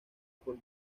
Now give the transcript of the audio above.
por